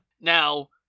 Now